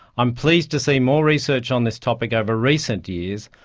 i'm pleased to see more research on this topic over recent years,